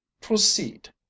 proceed